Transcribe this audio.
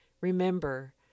Remember